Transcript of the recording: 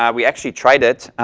um we actually tried it.